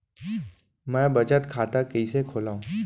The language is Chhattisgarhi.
मै बचत खाता कईसे खोलव?